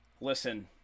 listen